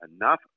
enough